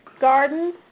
gardens